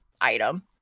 item